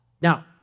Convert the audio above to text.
Now